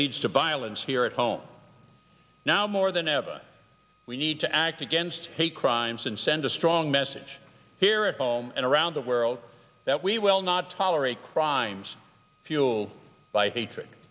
leads to violence here at home now more than ever we need to act against hate crimes and send a strong message here at home and around the world that we will not tolerate crimes fuel by hatred